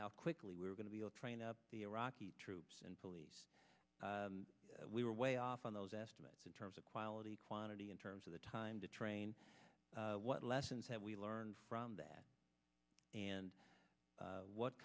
how quickly we're going to be able to train up the iraqi troops and police we were way off on those estimates in terms of quality quantity in terms of the time to train what lessons have we learned from that and what